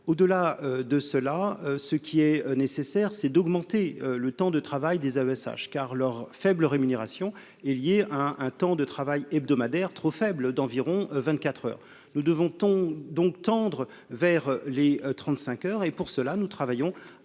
au-delà de cela, ce qui est nécessaire, c'est d'augmenter le temps de travail des avait sage car leur faible rémunération est lié à un temps de travail hebdomadaire trop faible d'environ 24 heures nous devons ton donc tendre vers les 35 heures, et pour cela, nous travaillons